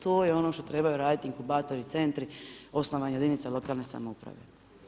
To je ono što trebaju raditi inkubatori, centri, osnovani od jedinica lokalne samouprave.